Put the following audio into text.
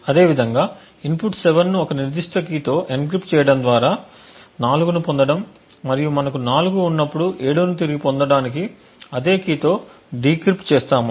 అదే విధంగా ఇన్పుట్ 7 ను ఒక నిర్దిష్ట కీతో ఎన్క్రిప్ట్ చేయటం ద్వారా 4 ను పొందడం మరియు మనకు 4 ఉన్నప్పుడు 7 ను తిరిగి పొందటానికి అదే కీతో డీక్రిప్ట్ చేస్తాము